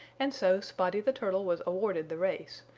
and so spotty the turtle was awarded the race,